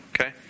Okay